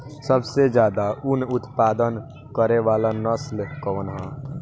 सबसे ज्यादा उन उत्पादन करे वाला नस्ल कवन ह?